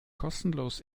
kostenlos